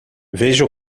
veja